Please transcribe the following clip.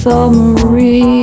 Summary